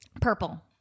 Purple